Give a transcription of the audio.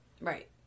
Right